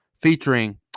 featuring